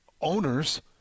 owners